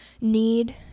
need